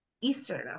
Eastern